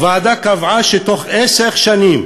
הוועדה קבעה שבתוך עשר שנים